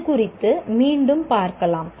இது குறித்து மீண்டும் பார்க்கலாம்